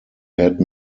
had